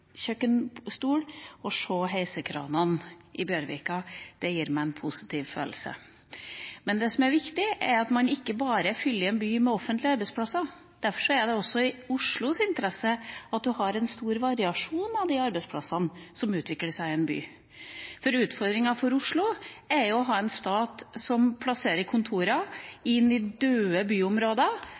kjøkkenstol og se heisekranene i Bjørvika. Det gir meg en positiv følelse. Men det som er viktig, er at man ikke bare fyller en by med offentlige arbeidsplasser. Derfor er det også i Oslos interesse at man har en stor variasjon i de arbeidsplassene som utvikler seg i en by. Utfordringa for Oslo er at man har en stat som plasserer kontorer i døde byområder,